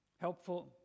Helpful